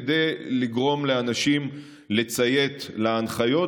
כדי לגרום לאנשים לציית להנחיות,